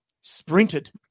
sprinted